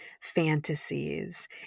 fantasies